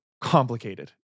complicated